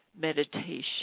meditation